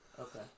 Okay